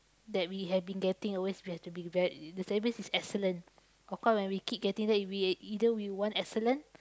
that we have been getting always we have to be very the service is excellent how come when we keep getting then we either we want excellent